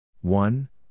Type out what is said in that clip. one